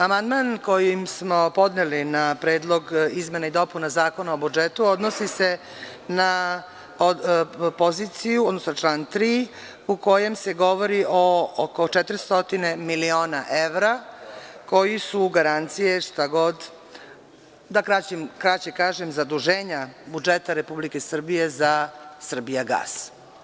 Amandman koji smo podneli na Predlog izmena i dopuna Zakona o budžetu odnosi se na poziciju, odnosno na član 3, u kojem se govori o oko 400 miliona evra koji su garancije, šta god, da kraće kažem, zaduženja budžeta Republike Srbije za „Srbijagas“